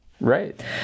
Right